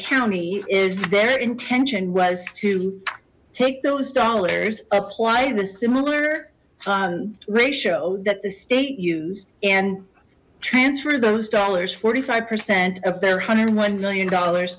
county is their intention was to take those dollars apply the similar ratio that the state used and transfer those dollars forty five percent of their hundred one million dollars